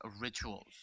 rituals